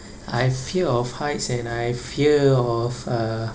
I fear of heights and I fear of uh